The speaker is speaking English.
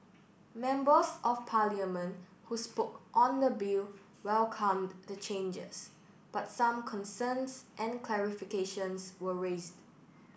members of parliament who spoke on the bill welcomed the changes but some concerns and clarifications were raised